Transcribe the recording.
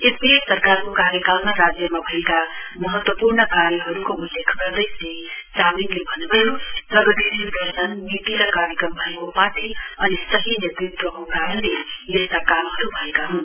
SDF सरकारको कार्यकालमा राज्यमा भएका एतिहासिक कार्यहरुको उल्लेख गर्दै श्री चामलिङले भन्न्भयो प्रगतिशिल दर्शन नीति र कार्यक्रम भएको पार्टी अनि सही नेतृत्वको कारणले यस्ता रामहरु भएका हन्